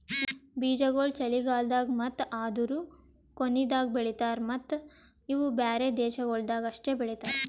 ಬೀಜಾಗೋಳ್ ಚಳಿಗಾಲ್ದಾಗ್ ಮತ್ತ ಅದೂರು ಕೊನಿದಾಗ್ ಬೆಳಿತಾರ್ ಮತ್ತ ಇವು ಬ್ಯಾರೆ ದೇಶಗೊಳ್ದಾಗ್ ಅಷ್ಟೆ ಬೆಳಿತಾರ್